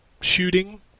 shooting